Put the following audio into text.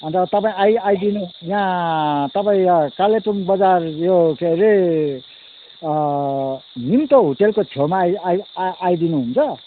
अन्त तपाईँ आइ आइदिनु यहाँ तपाईँ यहाँ कालेबुङ बजार यो के अरे दुईवटा होटलको छेउमा आइ आइ आइदिनु हुन्छ